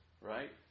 right